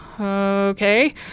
Okay